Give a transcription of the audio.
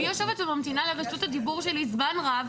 אני יושבת וממתינה לרשות הדיבור שלי זמן רב,